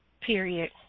period